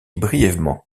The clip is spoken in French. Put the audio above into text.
brièvement